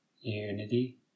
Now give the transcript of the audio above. unity